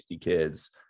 kids